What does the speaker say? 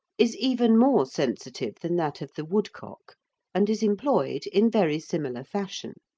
is even more sensitive than that of the woodcock and is employed in very similar fashion.